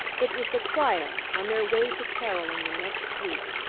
it was the choir on their way to carol in the next street.